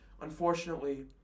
unfortunately